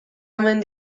omen